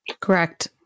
Correct